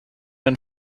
den